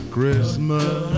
Christmas